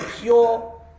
pure